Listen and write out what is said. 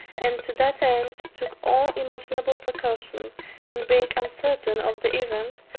and to that end took all imaginable precaution and being uncertain of the event,